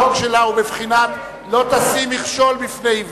החוק שלה הוא מבחינת לא תשים מכשול בפני עיוור.